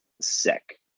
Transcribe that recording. sick